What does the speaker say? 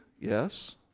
Yes